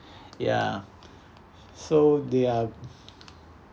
yeah so they are